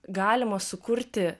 galima sukurti